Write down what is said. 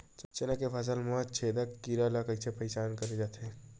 चना के फसल म फल छेदक कीरा ल कइसे पहचान करे जाथे?